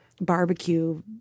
barbecue